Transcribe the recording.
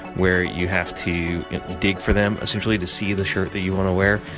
where you have to dig for them, essentially, to see the shirt that you want to wear.